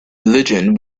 religion